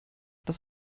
dass